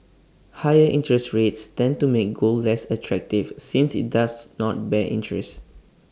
higher interest rates tend to make gold less attractive since IT does not bear interest